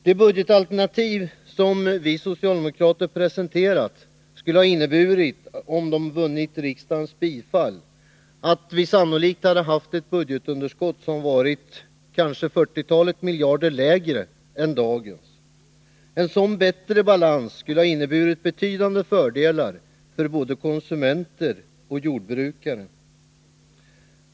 De budgetalternativ vi socialdemokrater presenterat skulle, om de vunnit riksdagens bifall, sannolikt ha inneburit ett budgetunderskott som varit kanske ett fyrtiotal miljarder lägre än dagens. En sådan bättre balans skulle ha medfört betydande fördelar för både konsumenter och jordbrukare.